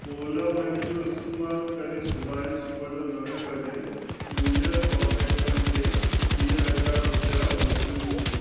Ola money जो इस्तेमालु करे सुभाणे सुबुह नव बजे चूंडियल कोन्टेकटनि खे टीह हज़ार रुपया मोकिलजो